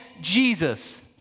Jesus